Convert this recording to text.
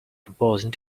proposing